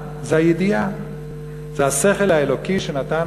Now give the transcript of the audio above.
זה השכל האלוקי שנתן